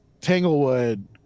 Tanglewood